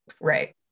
right